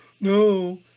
no